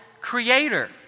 creator